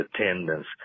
attendance